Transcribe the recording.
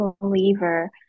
believer